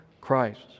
Christ